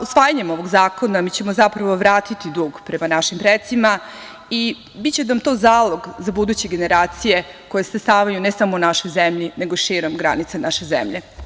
Usvajanjem ovog zakona ćemo zapravo vratiti dug prema našim precima i biće nam to zalog za buduće generacije koje stasavaju, ne samo u našoj zemlji, nego i širom granica naše zemlje.